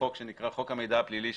חוק המידע הפלילי,